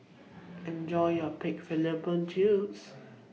Enjoy your Pig Fallopian Tubes